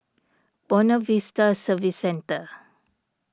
Buona Vista Service Centre